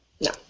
no